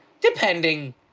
depending